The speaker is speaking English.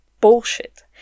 Bullshit